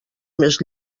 més